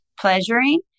pleasuring